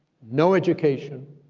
no education,